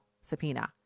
subpoena